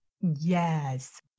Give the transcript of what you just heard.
Yes